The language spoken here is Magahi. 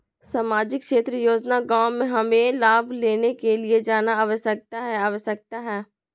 सामाजिक क्षेत्र योजना गांव हमें लाभ लेने के लिए जाना आवश्यकता है आवश्यकता है?